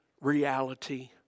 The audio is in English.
reality